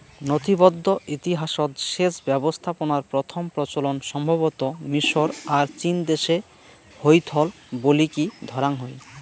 নথিবদ্ধ ইতিহাসৎ সেচ ব্যবস্থাপনার প্রথম প্রচলন সম্ভবতঃ মিশর আর চীনদেশে হইথল বলিকি ধরাং হই